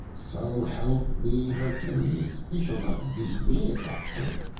so help me, hercules, he shall not beat me at that trick!